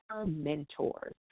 mentors